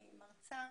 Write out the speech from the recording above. אני מרצה,